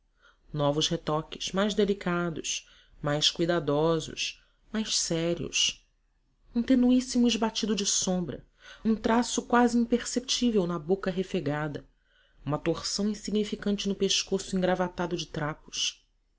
novos retoques mais delicados mais cuidadosos mais sérios um tenuíssimo esbatido de sombra um traço quase imperceptível na boca refegada uma torção insignificante no pescoço engravatado de trapos